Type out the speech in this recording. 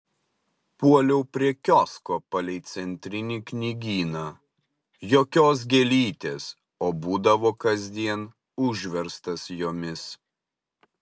puoliau prie kiosko palei centrinį knygyną jokios gėlytės o būdavo kasdien užverstas jomis